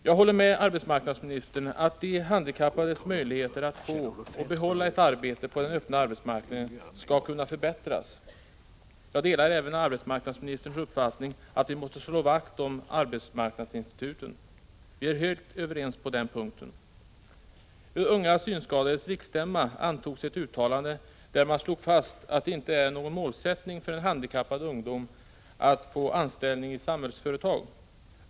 Jag håller med arbetsmarknadsministern om att de handikappades möjligheter att få och behålla ett arbete på den öppna arbetsmarknaden bör förbättras. Jag delar även arbetsmarknadsministerns uppfattning att vi måste slå vakt om arbetsmarknadsinstituten. Vi är helt överens på denna punkt. Vid Unga Synskadades riksstämma antogs ett uttalande där man slog fast att det inte är någon målsättning för en handikappad ungdom att få anställning i Samhällsföretag.